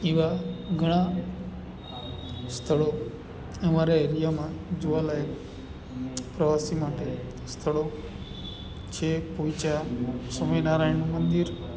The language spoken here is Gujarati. એવાં ઘણાં સ્થળો અમારે એરિયામાં જોવાલાયક પ્રવાસી માટે સ્થળો છે પોઇચા સ્વામિનારાયણનું મંદિર